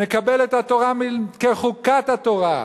נקבל את התורה כחוקת התורה,